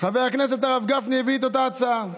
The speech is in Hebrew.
חבר הכנסת הרב גפני הביא את אותה הצעה,